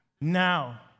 Now